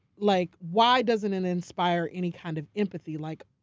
like why doesn't it inspire any kind of empathy? like,